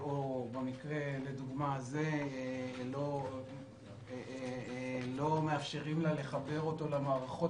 במקרה לדוגמה זה לא מאפשרים לה לחבר אותו למערכות